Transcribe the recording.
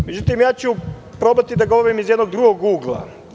Međutim, ja ću probati da govorim iz jednog drugog ugla.